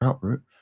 route